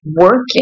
working